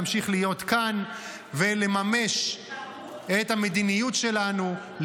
נמשיך להיות כאן ולממש את המדיניות שלנו,